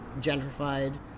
gentrified